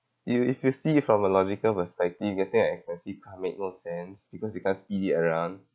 you if you see from a logical perspective getting an expensive car make no sense because you can't speed it around